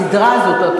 בסדרה הזאת,